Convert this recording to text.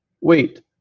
wait